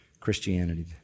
Christianity